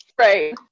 Right